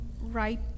right